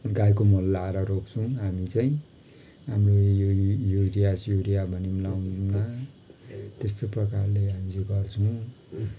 गाईको मल लाएर रोप्छौँ हामी चाहिँ हाम्रो युरिया सिउरिया भन्ने पनि लाउँदिउँन त्यस्तो प्रकारले हामी चाहिँ गर्छौँ